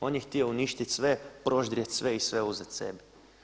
On je htio uništiti sve, proždrijet sve i sve uzet sebi.